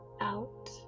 out